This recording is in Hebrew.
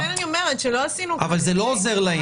לכן אני אומרת שלא עשינו cut and paste --- אבל זה לא עוזר להם,